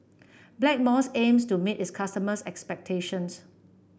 Blackmores aims to meet its customers' expectations